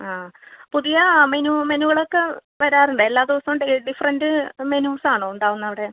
ആ പുതിയ മെനു മെനുകൾ ഒക്കെ വരാറുണ്ടോ എല്ലാ ദിവസവും ഡിഫറൻറ് മെനൂസ് ആണോ ഉണ്ടാവുന്നത് അവിടെ